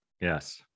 Yes